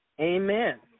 Amen